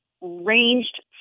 ranged